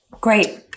Great